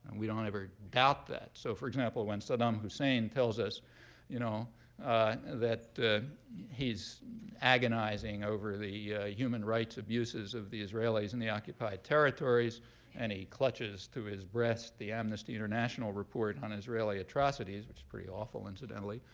we don't ever doubt that. so, for example, when saddam hussein tells us you know that he's agonizing over the human rights abuses of the israelis in the occupied territories and he clutches to his breast the amnesty international report on israeli atrocities which is pretty awful, incidentally